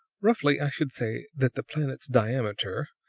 roughly, i should say that the planet's diameter,